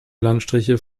landstriche